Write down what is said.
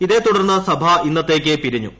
ഇതേ തുടർന്ന് സഭ ഇന്നത്തേക്ക് പിരിഞ്ഞു